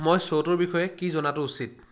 মই শ্ব'টোৰ বিষয়ে কি জনাতো উচিত